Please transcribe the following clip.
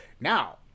Now